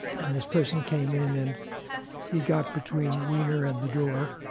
and this person came in, and he got between wiener and the door,